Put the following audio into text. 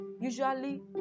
usually